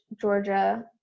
georgia